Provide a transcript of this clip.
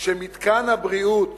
שמתקן הבריאות